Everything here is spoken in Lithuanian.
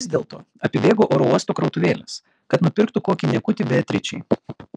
vis dėlto apibėgo oro uosto krautuvėles kad nupirktų kokį niekutį beatričei